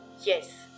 Yes